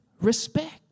respect